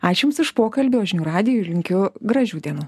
ačiū jums už pokalbį o žinių radijui linkiu gražių dienų